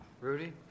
Rudy